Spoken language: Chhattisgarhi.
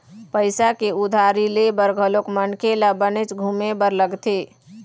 पइसा के उधारी ले बर घलोक मनखे ल बनेच घुमे बर लगथे